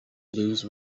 lose